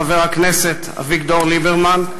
חבר הכנסת אביגדור ליברמן,